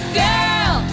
girl